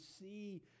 see